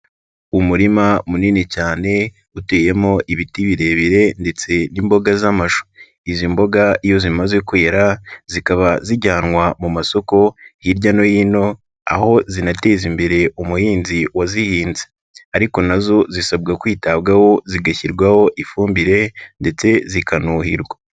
Umurima munini cyane uteyemo ibiti birebire ndetse n'imboga z'amashu. Izi mboga iyo zimaze kwera, zikaba zijyanwa mu masoko hirya no hino, aho zinateza imbere umuhinzi wazihinze. Ariko na zo zisabwa kwitabwaho, zigashyirwaho ifumbire ndetse zikanuhirwa.